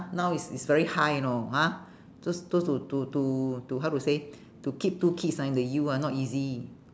now is is very high you know ha just just to to to to how to say to keep two kids ah in the U ah not easy